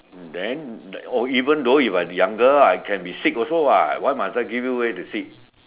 then oh even though you are younger lah I can be sick also [what] why must I give you way to sit